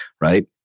right